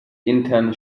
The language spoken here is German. interne